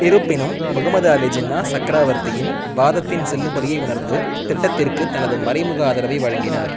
இருப்பினும் முகமது அலி ஜின்னா சக்கரவர்த்தியின் வாதத்தின் செல்லுபடியை உணர்ந்து திட்டத்திற்கு தனது மறைமுக ஆதரவை வழங்கினார்